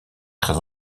très